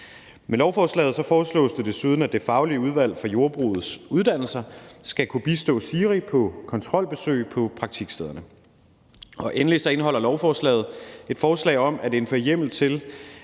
Med lovforslaget foreslås det desuden, at Det faglige udvalg for Jordbrugets Uddannelser skal kunne bistå SIRI på kontrolbesøg på praktikstederne. Endelig indeholder lovforslaget et forslag om at indføre hjemmel til,